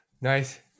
Nice